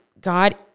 God